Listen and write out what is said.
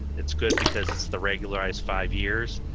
it's good because it's the regularized five years,